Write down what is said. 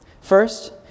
First